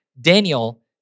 Daniel